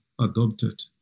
adopted